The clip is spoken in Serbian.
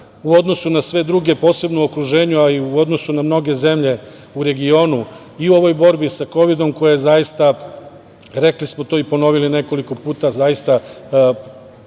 u odnosu na sve druge, posebno u okruženju, a i u odnosu na mnoge zemlje u regionu i ovoj borbi sa kovidom koja je zaista, rekli smo to i ponovili nekoliko puta, zaista